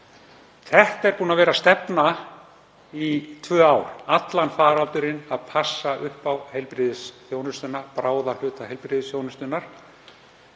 Þetta er búin að vera stefna í tvö ár, allan faraldurinn, að passa upp á heilbrigðisþjónustuna,